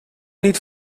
niet